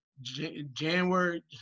January